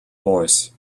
horse